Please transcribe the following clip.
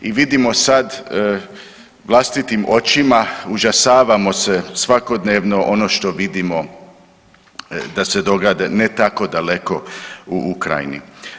I vidimo sad vlastitim očima, užasavamo se svakodnevno ono što vidimo da se događa ne tako daleko u Ukrajini.